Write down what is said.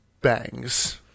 bangs